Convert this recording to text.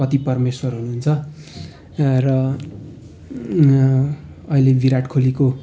पति पर्मेश्वर हुनुहुन्छ र अहिले विराट कोहलीको